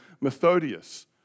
Methodius